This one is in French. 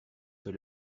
paie